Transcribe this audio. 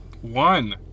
One